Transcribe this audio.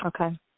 Okay